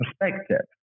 perspective